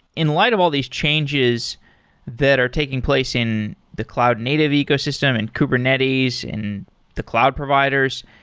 in light of all these changes that are taking place in the cloud native ecosystem, in kubernetes, in the cloud providers,